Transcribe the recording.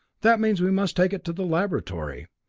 that means we must take it to the laboratory.